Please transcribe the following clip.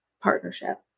partnership